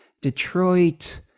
Detroit